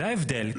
זה ההבדל.